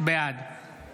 בעד